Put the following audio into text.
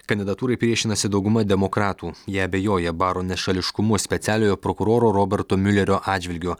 kandidatūrai priešinasi dauguma demokratų jie abejoja baro nešališkumu specialiojo prokuroro roberto miulerio atžvilgiu